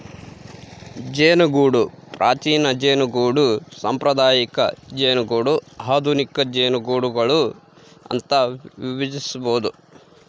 ಜೇನುಗೂಡು ಪ್ರಾಚೀನ ಜೇನುಗೂಡು ಸಾಂಪ್ರದಾಯಿಕ ಜೇನುಗೂಡು ಆಧುನಿಕ ಜೇನುಗೂಡುಗಳು ಅಂತ ವಿಭಜಿಸ್ಬೋದು